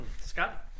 Scott